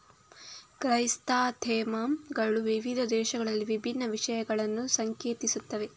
chrysanthemum ಗಳು ವಿವಿಧ ದೇಶಗಳಲ್ಲಿ ವಿಭಿನ್ನ ವಿಷಯಗಳನ್ನು ಸಂಕೇತಿಸುತ್ತವೆ